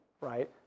right